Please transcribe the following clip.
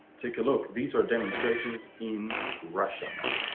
take a look. these are demonstrations in russia now,